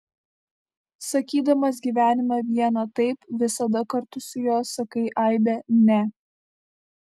sakydamas gyvenime vieną taip visada kartu su juo sakai aibę ne